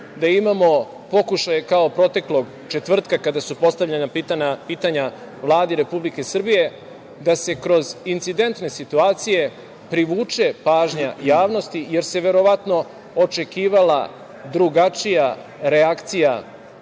da imamo pokušaje, kao proteklog četvrtka kada su postavljana pitanja Vladi Republike Srbije, da se kroz incidentne situacije privuče pažnja javnosti, jer se verovatno očekivala drugačija reakcija